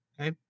okay